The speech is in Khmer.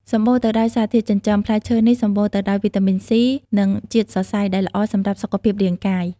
សម្បូរទៅដោយសារធាតុចិញ្ចឹម ផ្លែឈើនេះសម្បូរទៅដោយ វីតាមីន C និង ជាតិសរសៃ ដែលល្អសម្រាប់សុខភាពរាងកាយ។